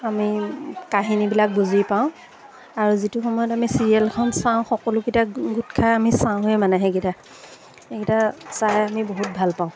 আমি কাহিনীবিলাক বুজি পাওঁ আৰু যিটো সময়ত আমি চিৰিয়েলখন চাওঁ সকলোকেইটা গোট খাই আমি চাওঁৱেই মানে সেইকেইটা এইকেইটা চাই আমি বহুত ভাল পাওঁ